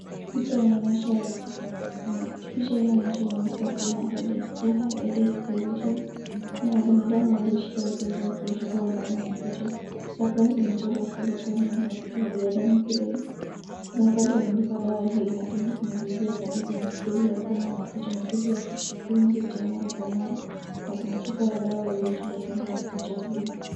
Picha inayoonyeshwa picha inayoonesha imeandikwa sina headache solution . Kuna binadamu walioshika vichwa zao kuonyesha kuwa wanaumwa na kichwa. Kuna pahali palipochorwa skeleton ndani ya kichwa ya binadamu brain , kuna pahali pameandikwa dawa hii inatibu kumalizia kabisa matatizo ya kuumwa kwa kichwa, matatizo ya chanzo mara kwa mara na kuna picha ya dawa iliyochorwa kando ya picha hii.